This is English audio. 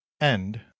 End